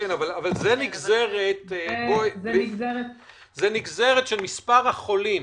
אבל זאת נגזרת של מספר החולים.